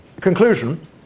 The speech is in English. conclusion